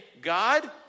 God